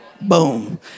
boom